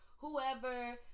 Whoever